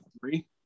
Three